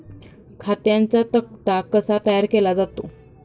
खात्यांचा तक्ता कसा तयार केला जातो?